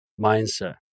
mindset